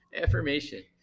affirmation